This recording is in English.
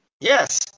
Yes